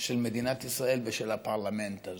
של מדינת ישראל ושל הפרלמנט הזה.